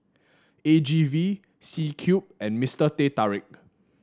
A G V C Cube and Mister Teh Tarik